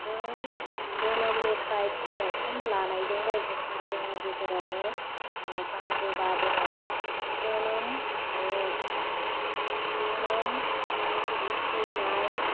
जों जोनोमनिफ्राय थौनायसिम लानायजोंबो जोंहा जोंनि गेजेरावनो ओह बान्दोबा दङ जोनोम आरो जोनोम थैनाय